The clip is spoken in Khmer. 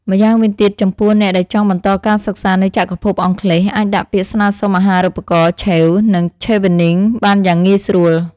ម្យ៉ាងវិញទៀត ចំពោះអ្នកដែលចង់បន្តការសិក្សានៅចក្រភពអង់គ្លេសអាចដាក់ពាក្យស្នើសុំអាហារូបករណ៍ឆេវនីង (Chevening) បានយ៉ាងងាយស្រួល។